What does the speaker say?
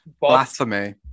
Blasphemy